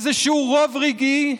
איזשהו רוב רגעי שיביא,